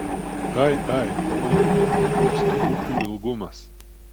ai ai pamanykit koks tų upių ilgumas